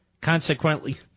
Consequently